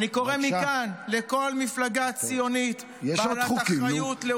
אני קורא מכאן לכל מפלגה ציונית בעלת אחריות לאומית,